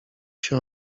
się